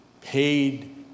paid